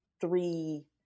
three